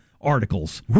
articles